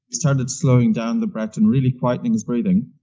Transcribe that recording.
he started slowing down the breath and really quieting his breathing,